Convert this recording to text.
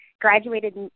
graduated